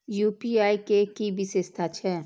UPI के कि विषेशता छै?